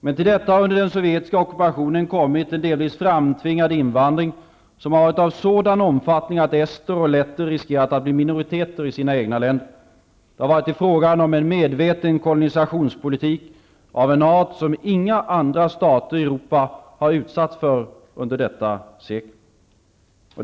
Men till detta har under den sovjetiska ockupationen kommit en delvis framtvingad invandring som har varit av sådan omfattning att ester och letter riskerat att bli minoriteter i sina egna länder. Det har varit fråga om en medveten kolonisationspolitik av en art som inga andra stater i Europa har utsatts för under detta sekel.